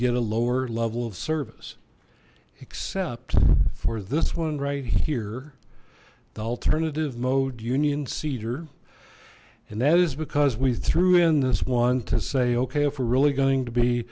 get a lower level of service except for this one right here the alternative mode union cedar and that is because we threw in this one to say okay if we're really going to